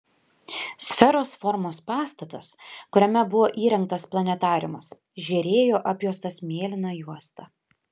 sferos formos pastatas kuriame buvo įrengtas planetariumas žėrėjo apjuostas mėlyna juosta